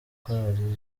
chorale